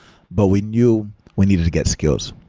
but we knew we needed to get skills.